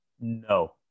No